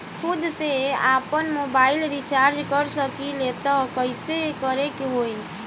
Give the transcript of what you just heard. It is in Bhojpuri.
खुद से आपनमोबाइल रीचार्ज कर सकिले त कइसे करे के होई?